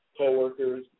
coworkers